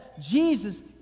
Jesus